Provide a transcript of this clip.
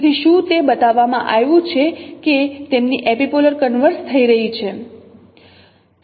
તેથી શું તે બતાવવામાં આવ્યું છે કે તેમની એપિપોલર પોઇન્ટ્સ કન્વર્ઝ થઈ રહી છે